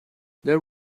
there